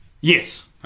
Yes